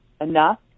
enough